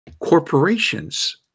corporations